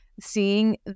seeing